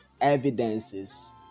evidences